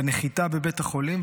בנחיתה בבית החולים,